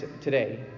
today